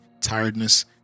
tiredness